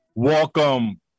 Welcome